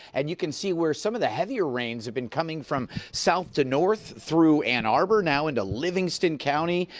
and you can see where some of the heavier rains have been coming from south to north through ann arbor now into livingston county,